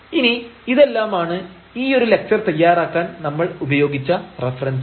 ഇനി ഇതെല്ലാമാണ് ഈ ഒരു ലക്ച്ചർ തയ്യാറാക്കാൻ നമ്മൾ ഉപയോഗിച്ച റഫറൻസുകൾ